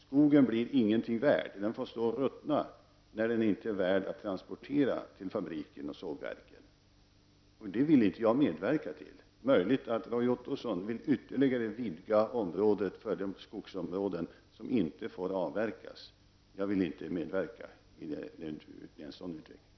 Skogen blir ingenting värd och får stå och ruttna om den inte är värd att transportera till fabrikerna och sågverken, och det vill inte jag medverka till. Det är möjligt att Roy Ottosson ytterligare vill utöka de skogsområden som inte får avverkas, men jag vill inte medverka till en sådan utveckling.